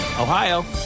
Ohio